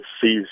seized